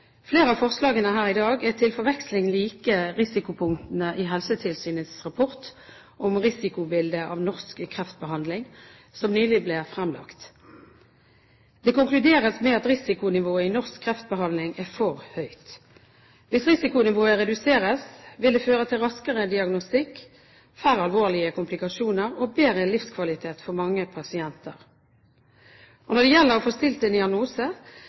Flere av forslagene her i dag er til forveksling lik risikopunktene i Helsetilsynets rapport om «Risikobildet av norsk kreftbehandling» som nylig ble fremlagt. Det konkluderes med at risikonivået i norsk kreftbehandling er for høyt. Hvis risikonivået reduseres, vil det føre til raskere diagnostikk, færre alvorlige komplikasjoner og bedre livskvalitet for mange pasienter. Når det gjelder å få stilt en